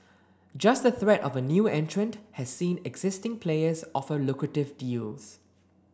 just the threat of a new entrant has seen existing players offer lucrative deals